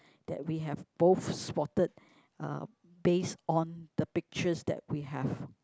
that we have both spotted uh based on the pictures that we have